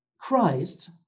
Christ